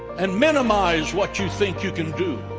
and minimize what you think you can do